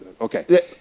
okay